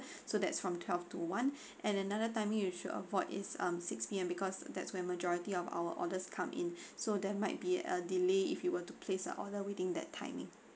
so that's from twelve to one and another timing you should avoid is um six P_M because that's where majority of our orders come in so there might be a delay if you were to place a order within that timing